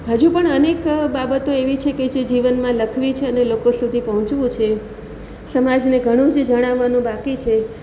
હજુ પણ અનેક બાબતો એવી છે કે જે જીવનમાં લખવી છે અને લોકો સુધી પહોંચવું છે સમાજને ઘણું જ જણાવવાનું બાકી છે